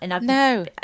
No